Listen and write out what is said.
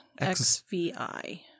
XVI